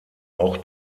auch